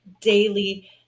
daily